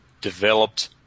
developed